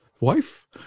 Wife